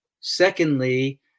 Secondly